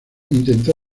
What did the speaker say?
intentó